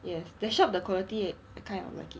yes the shop the quality I kind of like